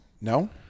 No